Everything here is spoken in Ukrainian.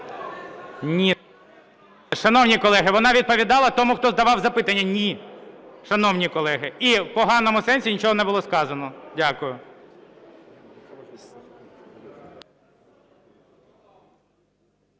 Ні. Шановні колеги, вона відповідала тому, хто давав запитання. Ні, шановні колеги. І в поганому сенсі нічого не було сказано. Дякую.